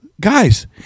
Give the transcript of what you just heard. Guys